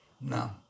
No